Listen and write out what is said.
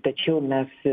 tačiau mes